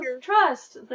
trust